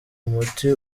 umuti